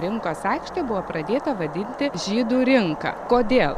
rinkos aikštė buvo pradėta vadinti žydų rinka kodėl